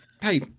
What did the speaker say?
hey